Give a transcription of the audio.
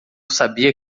sabia